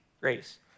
grace